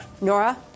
Nora